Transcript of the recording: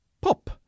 pop